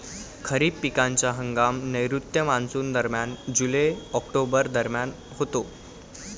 खरीप पिकांचा हंगाम नैऋत्य मॉन्सूनदरम्यान जुलै ऑक्टोबर दरम्यान होतो